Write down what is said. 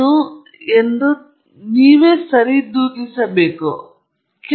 ನೀವು ಈ ಪ್ರಕ್ರಿಯೆಯನ್ನು ಸರಿಯಾಗಿ ಮಾಡದಿದ್ದರೆ ಅದನ್ನು ಒಯ್ಯುವ ಸಾಮರ್ಥ್ಯಕ್ಕಿಂತಲೂ ಸಾಕಷ್ಟು ಕಡಿಮೆ ನೀರನ್ನು ಹೊತ್ತುಕೊಳ್ಳಬಹುದು